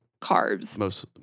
carbs